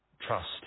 trust